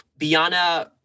Biana